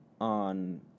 on